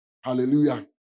Hallelujah